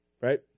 Right